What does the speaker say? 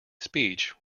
speech